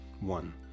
one